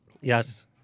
Yes